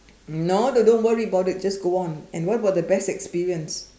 no do don't worry about it just go on and what about the best experience